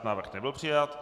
Návrh nebyl přijat.